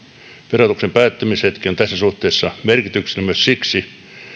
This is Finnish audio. verotuksen päättymishetki on tässä suhteessa merkityksellinen myös siksi